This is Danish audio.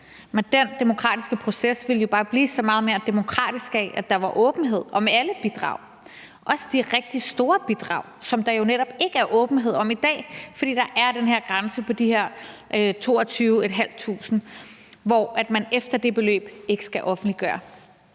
Men den demokratiske proces ville jo bare blive så meget mere demokratisk af, at der var åbenhed om alle bidrag, også de rigtig store bidrag, som der netop ikke er åbenhed om i dag, fordi der er den her grænse på de her 22.500 kr., hvor man efter det beløb ikke skal offentliggøre,